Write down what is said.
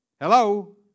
Hello